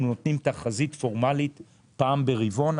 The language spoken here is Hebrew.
אנחנו נותנים תחזית פורמלית פעם ברבעון.